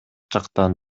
жактан